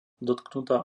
dotknutá